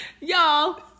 y'all